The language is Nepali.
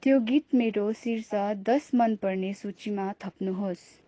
त्यो गीत मेरो शीर्ष दस मन पर्ने सूचीमा थप्नुहोस्